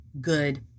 good